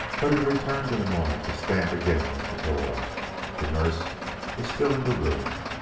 but he returned in a moment to stand again at the door the nurse was still in the room.